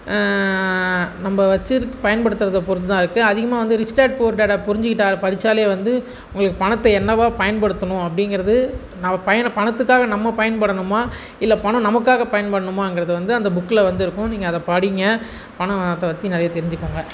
நம்ப வச்சுருக்க பயன்படுத்துறத பொருத்து தான் இருக்குதுஅதிகமாக வந்து ரிச் டாட் புவர் டாட்டை புரிஞ்சுக்கிட்டு படித்தாலே வந்து உங்களுக்கு பணத்தை என்னவாக பயன்படுத்தணும் அப்படிங்கிறது நம்ம பயண பணத்துக்காக நம்ம பயன்படணுமா இல்லை பணம் நமக்காக பயன்படணுமாங்கிறது வந்து அந்த புக்கில் வந்து இருக்கும் நீங்கள் அதை படிங்க பணத்தை பற்றி நிறையா தெரிஞ்சுக்கோங்க